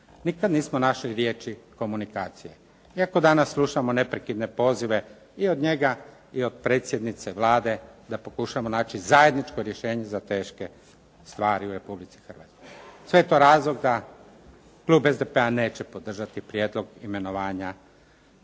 nikada nismo našli riječi komunikacije. Iako danas slušamo neprekidne pozive i od njega i od predsjednice Vlade da pokušamo naći zajedničko rješenje za teške stvari u Republici Hrvatskoj. Sve je to razlog da klub SDP-a neće podržati prijedlog imenovanja